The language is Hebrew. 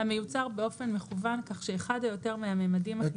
המיוצר באופן מכוון כך שאחד או יותר מהממדים החיצוניים